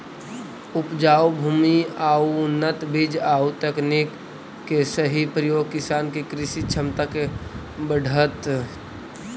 उपजाऊ भूमि आउ उन्नत बीज आउ तकनीक के सही प्रयोग किसान के कृषि क्षमता के बढ़ऽतइ